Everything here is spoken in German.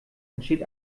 entsteht